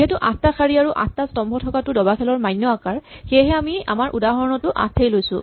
যিহেতু আঠটা শাৰী আৰু আঠটা স্তম্ভ থকাটো দবাখেলৰ মান্য আকাৰ সেয়েহে আমি আমাৰ উদাহৰণতো আঠেই লওঁ